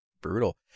Brutal